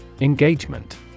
Engagement